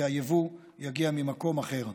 והיבוא יגיע ממקום אחר,